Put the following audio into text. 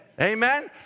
Amen